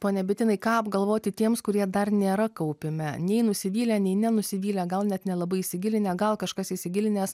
pone bitinai ką apgalvoti tiems kurie dar nėra kaupime nei nusivylę nei nenusivylę gal net nelabai įsigilinę gal kažkas įsigilinęs